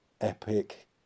epic